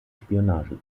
spionage